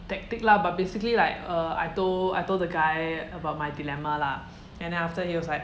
tactic lah but basically like err I told I told the guy about my dilemma lah and then after he was like